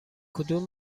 کدوم